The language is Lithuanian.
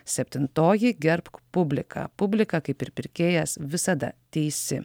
septintoji gerbk publiką publika kaip ir pirkėjas visada teisi